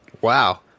Wow